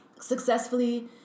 successfully